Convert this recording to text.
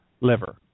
liver